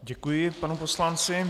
Děkuji panu poslanci.